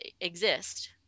exist